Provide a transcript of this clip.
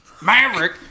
Maverick